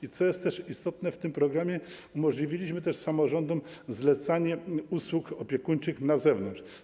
I co jest też istotne w tym programie, umożliwiliśmy samorządom zlecanie usług opiekuńczych na zewnątrz.